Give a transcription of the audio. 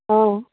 অঁ